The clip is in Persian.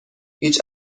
هیچ